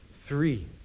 Three